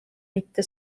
mitte